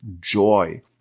joy